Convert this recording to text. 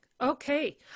Okay